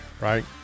right